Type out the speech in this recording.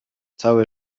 całe